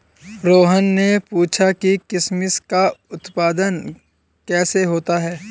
रोहन ने पूछा कि किशमिश का उत्पादन कैसे होता है?